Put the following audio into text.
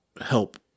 help